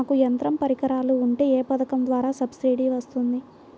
నాకు యంత్ర పరికరాలు ఉంటే ఏ పథకం ద్వారా సబ్సిడీ వస్తుంది?